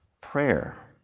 prayer